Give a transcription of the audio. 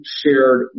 shared